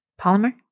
Polymer